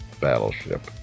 battleship